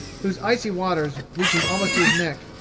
whose icy waters, reaching almost to his neck,